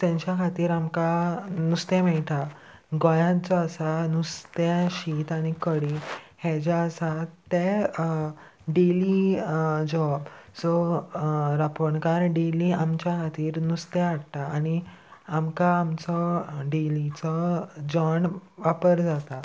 तेंच्या खातीर आमकां नुस्तें मेयटा गोंयांत जो आसा नुस्त्या शीत आनी कडी हें जें आसा तें डेली जोब सो रांपोणकार डेली आमच्या खातीर नुस्तें हाडटा आनी आमकां आमचो डेलीचो जेवण वापर जाता